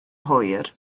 hwyr